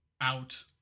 out